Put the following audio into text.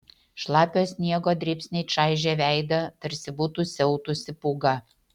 šlapio sniego dribsniai čaižė veidą tarsi būtų siautusi pūga